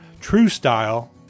TrueStyle